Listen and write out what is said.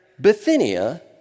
Bithynia